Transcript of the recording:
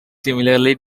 similarly